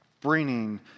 bringing